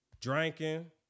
Drinking